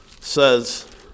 Says